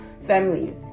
families